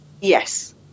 Yes